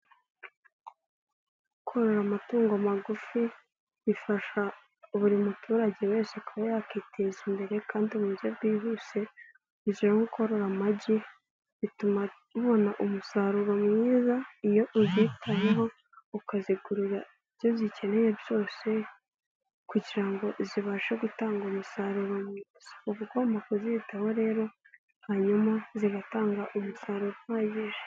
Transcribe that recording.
Korora amatungo magufi bifasha buri muturage wese kuba yakiteza imbere kandi mu buryo bwihuse urugero nko korora amagi bituma ubona umusaruro mwiza iyo uzitayeho ukazigurira ibyo zikeneye byose kugira ngo zibashe gutanga umusaruro mwiza, uba ugomba kuzitaho rero hanyuma zigatanga umusaruro uhagije.